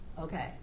okay